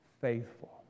faithful